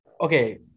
okay